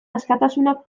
askatasunak